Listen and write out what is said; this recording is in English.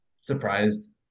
surprised